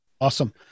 Awesome